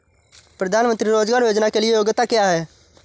प्रधानमंत्री रोज़गार योजना के लिए योग्यता क्या है?